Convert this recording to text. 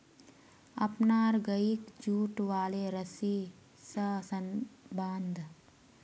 अपनार गइक जुट वाले रस्सी स बांध